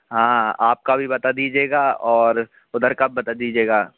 हाँ आपका भी बता दीजिएगा और उधर का बता दीजिएगा